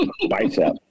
bicep